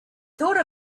thought